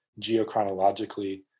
geochronologically